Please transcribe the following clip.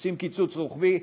עושים קיצוץ רוחבי,